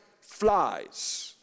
flies